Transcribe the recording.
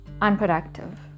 unproductive